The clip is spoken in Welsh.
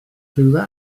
rhywle